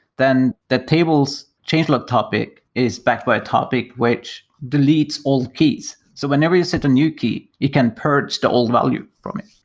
then the tables change log topic is backed by a topic which deletes old keys. so whenever you set a new key, it can purge he old value from it.